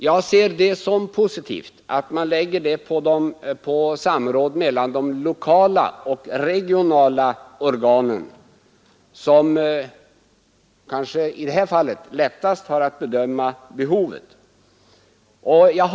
Jag ser det som positivt att man lägger vikt vid det samråd som sker mellan de lokala och regionala organen, vilka bäst borde kunna bedöma behovet.